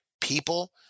people